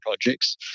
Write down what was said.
projects